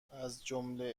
ازجمله